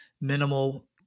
minimal